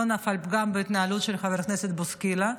לא נפל פגם בהתנהלות של חבר הכנסת בוסקילה.